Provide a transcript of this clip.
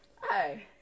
Hi